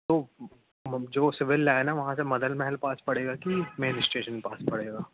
वो जो civil line है वहाँ से मदनमहल पास पड़ेगा कि मेन स्टेशन पास पड़ेगा